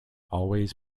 always